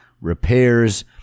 repairs